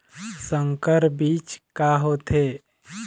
संकर बीज का होथे?